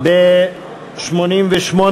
האם, בעמוד